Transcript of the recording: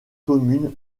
commune